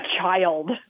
child